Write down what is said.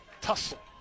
tussle